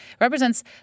represents